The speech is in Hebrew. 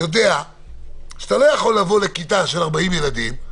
יודע שאתה לא יכול לבוא לכיתה עם 40 ילדים,